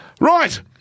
Right